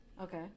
Okay